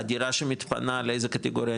הדירה שמתפנה לאיזה קטגוריה ?